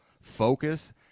focus